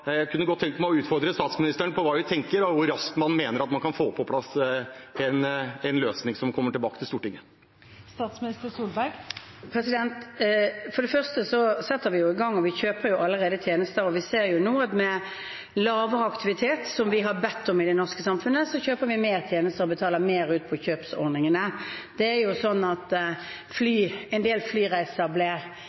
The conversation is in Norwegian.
Jeg kunne godt tenke meg å utfordre statsministeren på hva hun tenker, og hvor raskt man mener at man kan få på plass en løsning som kommer tilbake til Stortinget. For det første setter vi jo i gang, vi kjøper allerede tjenester, og vi ser nå at med lavere aktivitet – som vi har bedt om – i det norske samfunnet, kjøper vi mer tjenester og betaler mer ut på kjøpsordningene. Det er sånn at en del flyreiser